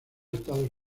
estados